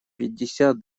пятьдесят